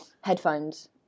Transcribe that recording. headphones